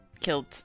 killed